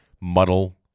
muddle